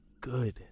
good